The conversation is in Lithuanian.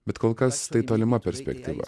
bet kol kas tai tolima perspektyva